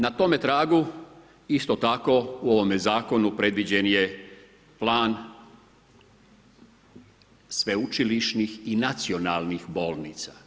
Na tome tragu, isto tako u ovome zakonu, predviđen je plan sveučilišnih i nacionalnih bolnica.